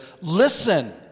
listen